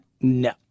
no